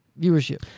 viewership